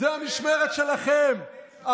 זו המשמרת שלכם,